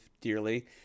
dearly